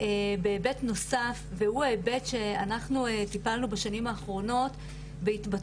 בהיבט נוסף והוא ההיבט שאנחנו טיפלנו בשנים האחרונות,